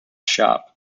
sharp